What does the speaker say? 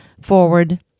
forward